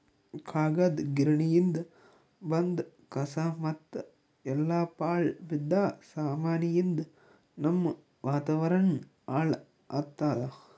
ಕಾಗದ್ ಗಿರಣಿಯಿಂದ್ ಬಂದ್ ಕಸಾ ಮತ್ತ್ ಎಲ್ಲಾ ಪಾಳ್ ಬಿದ್ದ ಸಾಮಾನಿಯಿಂದ್ ನಮ್ಮ್ ವಾತಾವರಣ್ ಹಾಳ್ ಆತ್ತದ